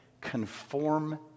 conform